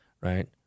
right